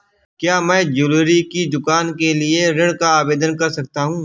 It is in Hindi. क्या मैं ज्वैलरी की दुकान के लिए ऋण का आवेदन कर सकता हूँ?